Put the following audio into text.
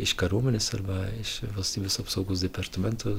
iš kariuomenės arba iš valstybės departamento